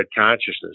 consciousness